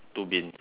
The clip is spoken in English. two bins